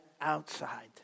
outside